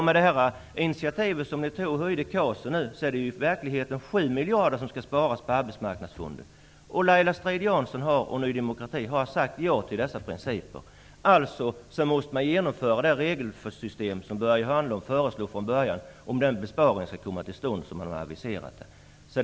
Med det initiativ som ni nu tog till att höja KAS är det i verkligheten 7 miljarder kronor som skall sparas på Arbetsmarknadsfonden. Laila Strid Jansson och Ny demokrati har sagt ja till dessa principer. Alltså måste man genomföra det regelsystem som Börje Hörnlund föreslog från början, om den besparing som man har aviserat skall komma till stånd.